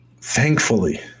thankfully